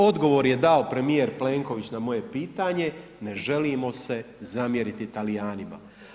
Odgovor je dao premijer Plenković na moje pitanje, ne želimo se zamjeriti Talijanima.